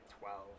twelve